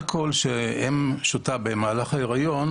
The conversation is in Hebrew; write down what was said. האלכוהול שהאם שותה במהלך ההיריון,